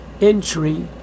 entry